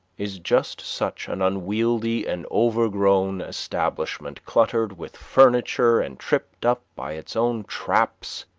is just such an unwieldy and overgrown establishment, cluttered with furniture and tripped up by its own traps,